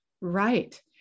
right